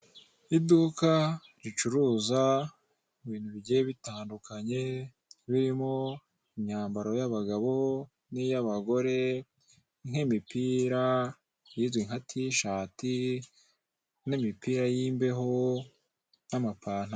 Iduka ricuruza ibintu bigiye bitandukanye, birimo imyambaro y'abagabo n'iy'abagore, nk'imipira izwi ka tishati, n'imipira y'imbeho, n'amapantaro.